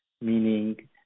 meaning